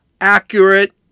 accurate